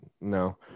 No